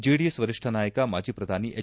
JDS ವರಿಷ್ಠ ನಾಯಕ ಮಾಜಿ ಪ್ರಧಾನಿ ಎಚ್